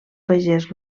pagès